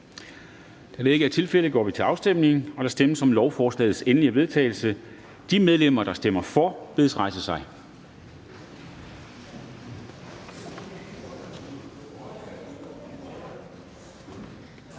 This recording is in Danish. Afstemning Fjerde næstformand (Trine Torp): Der stemmes om lovforslagets endelige vedtagelse. De medlemmer, der stemmer for, bedes rejse sig.